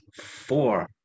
four